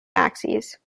axes